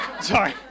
Sorry